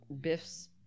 Biff's